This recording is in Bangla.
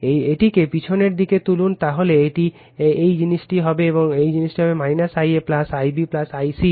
এটিকে পিছনের দিকে তুলুন তাহলে এটি এই জিনিসটি হবে Ia Ib I c এর